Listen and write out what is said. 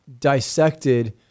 dissected